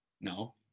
No